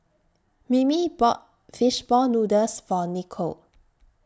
Mimi bought Fish Ball Noodles For Nicolle